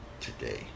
today